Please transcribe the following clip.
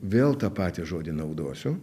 vėl tą patį žodį naudosiu